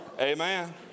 Amen